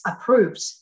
approved